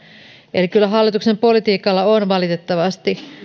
eli kyllä hallituksen politiikalla on valitettavasti